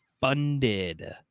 funded